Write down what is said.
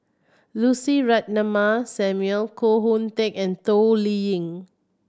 Lucy Ratnammah Samuel Koh Hoon Teck and Toh Liying